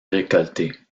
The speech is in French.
récolter